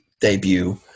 debut